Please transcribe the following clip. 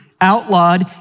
outlawed